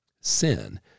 sin